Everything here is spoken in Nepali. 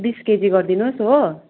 बिस केजी गरिदिनुहोस् हो